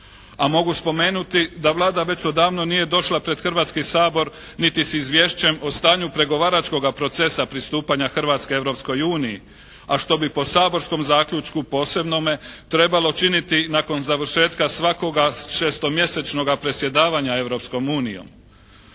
a mogu spomenuti da Vlada već odavno nije došla pred Hrvatski sabor niti s izvješćem o stanju pregovaračkoga procesa pristupanja Hrvatske Europskoj uniji, a što bi po saborskom zaključku posebnome trebalo činiti nakon završetka svakoga 6-mjesečnoga predsjedavanja Europskom unijom.